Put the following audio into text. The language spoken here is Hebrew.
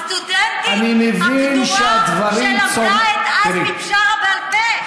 הסטודנטית הכנועה שלמדה את עזמי בשארה בעל פה.